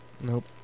Nope